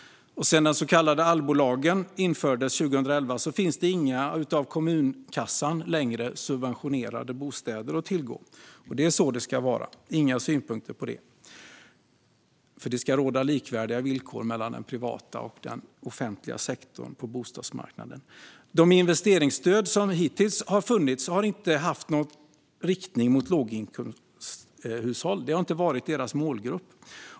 Sedan den så kallade allbolagen infördes 2011 finns det inte längre några bostäder att tillgå som är subventionerade av kommunens kassa. Det är så det ska vara. Det har jag inga synpunkter på. Det ska råda likvärdiga villkor mellan den privata och den offentliga sektorn på bostadsmarknaden. De investeringsstöd som hittills har funnits har inte haft någon riktning mot låginkomsthushåll. Dessa hushåll har inte varit målgruppen.